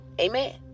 amen